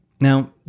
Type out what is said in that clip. Now